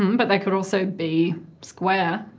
um but they could also be square,